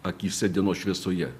akyse dienos šviesoje